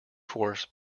force